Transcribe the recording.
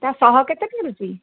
ତା'ସହ କେତେ ପଡ଼ୁଛି